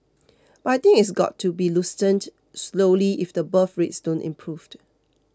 but I think it's got to be loosened slowly if the birth rates don't improved